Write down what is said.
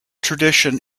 tradition